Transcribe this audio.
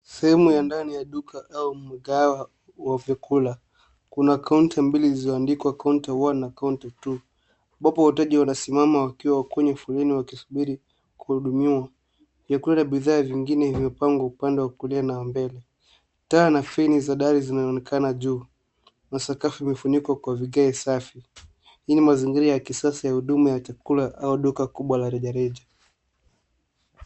Sehemu ya ndani ya duka au mkahawa wa vyakula. Kuna counter mbili zilizoandikwa counter 1 na counter 2 ambapo wateja wanasimama wakiwa kwenye foleni wakisubiri kuhudumiwa. Vyakula na bidhaa nyingine iliyopangwa upande wa kulia na wa mbele. Taa na feni za dari zinaonekana juu na sakafu imefunikwa kwa vigae safi. Hii ni mazingira ya kisasa ya huduma ya chakula au duka kubwa la rejareja.